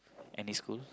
any schools